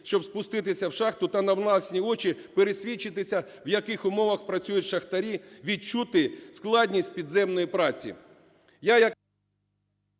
щоб спуститися в шахту та на власні очі пересвідчитися, в яких умовах працюють шахтарів, відчути складність підземної праці.